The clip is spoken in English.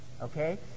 Okay